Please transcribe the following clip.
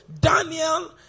Daniel